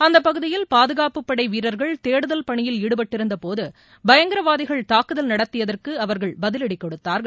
அந்தப் பகுதியில் பாதுகாப்பு படை வீரர்கள் தேடுதல் பணியில் ஈடுபட்டிருந்த போது பயங்கரவாதிகள் தாக்குதல் நடத்தியதற்கு அவர்கள் பதிவடி கொடுத்தார்கள்